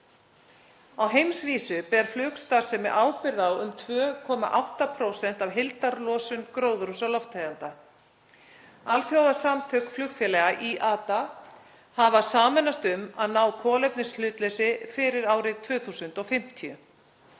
Á heimsvísu ber flugstarfsemi ábyrgð á um 2,8% af heildarlosun gróðurhúsalofttegunda. Alþjóðasamtök flugfélaga, IATA, hafa sameinast um að ná kolefnishlutleysi fyrir árið 2050.